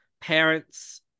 parents